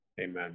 Amen